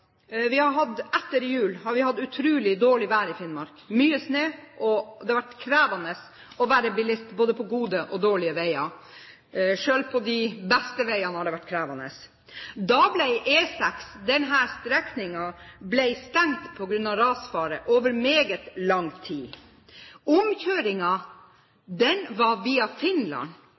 vi har nå. Etter jul har vi hatt utrolig dårlig vær i Finnmark – mye snø. Det har vært krevende å være bilist både på gode og dårlige veier. Selv på de beste veiene har det vært krevende. Da ble denne strekningen på E6 stengt på grunn av rasfare over meget lang tid. Omkjøringen var via Finland